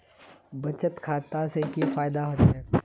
बचत खाता से की फायदा होचे?